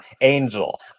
Angel